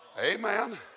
Amen